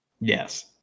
Yes